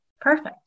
Perfect